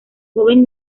joven